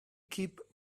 keep